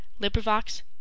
librivox